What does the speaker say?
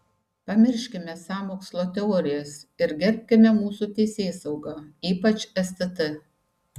pamirškime sąmokslo teorijas ir gerbkime mūsų teisėsaugą ypač stt